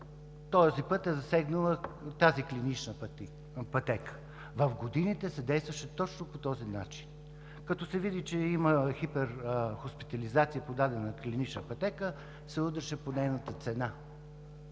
този път е засегнала тази клинична пътека. В годините се действаше точно по този начин – като се види, че има хиперхоспитализации по дадена клинична пътека, се удряше по нейната цена.